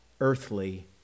earthly